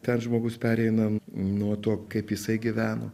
ten žmogus pereina nuo to kaip jisai gyveno